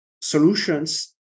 solutions